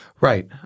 Right